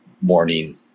morning